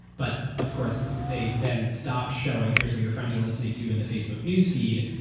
but of course, they then stopped showing, here's what your friends are listening to in the facebook newsfeed.